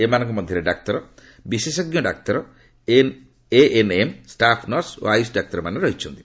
ଏମାନଙ୍କ ମଧ୍ୟରେ ଡାକ୍ତର ବିଶେଷଜ୍ଞ ଡାକ୍ତର ଏଏନ୍ଏମ୍ ଷ୍ଟାଫ୍ ନର୍ସ ଓ ଆୟୁଷ ଡାକ୍ତରମାନେ ରହିଛନ୍ତି